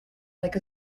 like